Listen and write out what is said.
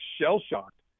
shell-shocked